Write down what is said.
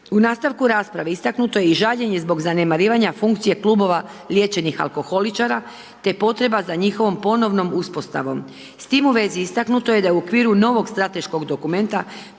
U nastavku rasprave istaknuto je i žaljenje i zbog zanemarivanje funkcije klubova liječenih alkoholičara te potreba za njihovom ponovnom uspostavom. S tim u vezi istaknuto je da je u okviru novog strateškog dokumenta